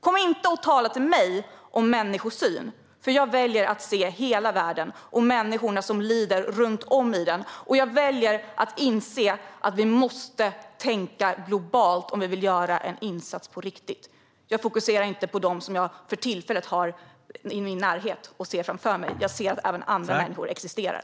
Kom inte och tala med mig om människosyn! Jag väljer att se hela världen och de människor runt om i den som lider, och jag väljer att inse att vi måste tänka globalt om vi vill göra en insats på riktigt. Jag fokuserar inte på dem som jag för tillfället har i min närhet och ser framför mig - jag ser att även andra människor existerar.